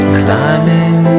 climbing